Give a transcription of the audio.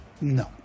No